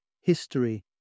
history